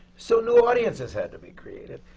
so new audiences had to be created,